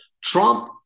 Trump